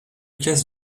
casse